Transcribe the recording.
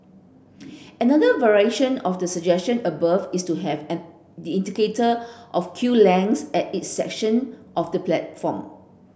another variation of the suggestion above is to have an the indicator of queue lengths at each section of the platform